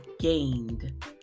gained